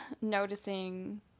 noticing